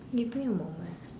give me a moment